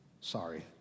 Sorry